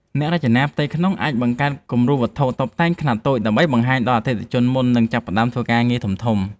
អ្នករចនាផ្ទៃក្នុងអាចបង្កើតគំរូវត្ថុតុបតែងខ្នាតតូចដើម្បីបង្ហាញដល់អតិថិជនមុននឹងចាប់ផ្តើមការងារធំៗ។